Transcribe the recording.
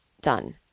done